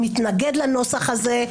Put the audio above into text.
מתנגד לנוסח הזה,